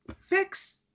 fix